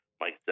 Mike